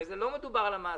הרי לא מדובר על המעסיק.